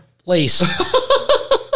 Place